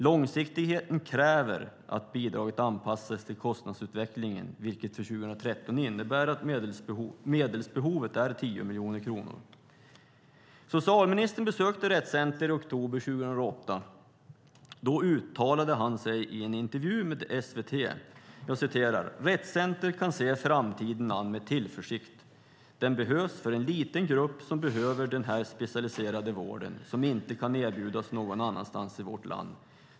Långsiktigheten kräver att bidraget anpassas till kostnadsutvecklingen, vilket för 2013 innebär att medelsbehovet är 10 miljoner kronor. Socialministern besökte Rett Center i oktober 2008. Då uttalade han sig i en intervju med SVT. Han sade där: Rett Center kan se framtiden an med tillförsikt. Den behövs för en liten grupp som behöver denna specialiserade vård som inte kan erbjudas någon annanstans i vårt land.